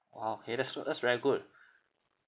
!wow! okay that's uh that's very good